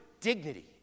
dignity